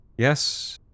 Yes